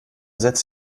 setzt